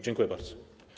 Dziękuję bardzo.